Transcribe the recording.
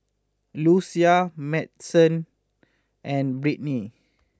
Lucia Madyson and Brittnie